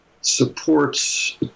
supports